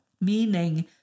meaning